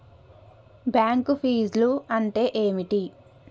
Bank ఫీజ్లు అంటే ఏమిటి?